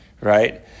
right